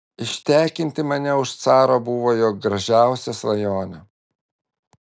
ištekinti mane už caro buvo jo gražiausia svajonė